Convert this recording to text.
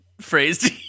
phrase